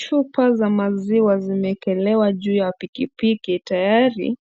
Chupa za maziwa zimeekelewa juu ya pikipiki, tayari